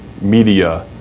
media